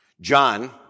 John